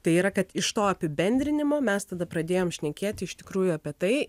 tai yra kad iš to apibendrinimo mes tada pradėjom šnekėti iš tikrųjų apie tai